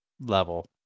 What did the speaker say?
level